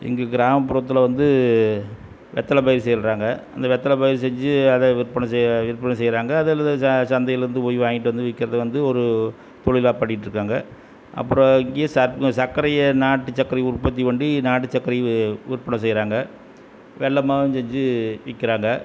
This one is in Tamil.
எங்கள் கிராமப்புறத்தில் வந்து வெத்தலை பை செய்கிறாங்க அந்த வெத்தலை பை செஞ்சு அதை விற்பனை செய்ய விற்பனை செய்கிறாங்க அதில் இந்த சந்தையிலேருந்து போய் வாங்கிட்டு வந்து விற்கிறது வந்து ஒரு தொழிலாக பண்ணிட்டுருக்காங்க அப்புறம் இங்கேயே சக்கரையை நாட்டு சக்கரையை உற்பத்தி பண்ணி நாட்டுச் சக்கரை விற்பனை செய்கிறாங்க வெல்லமாவும் செஞ்சு விற்கிறாங்க